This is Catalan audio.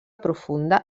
profunda